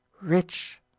Rich